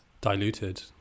Diluted